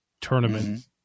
tournament